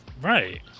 Right